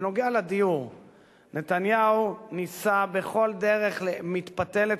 בעניין הדיור נתניהו ניסה בכל דרך מתפתלת